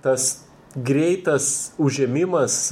tas greitas užėmimas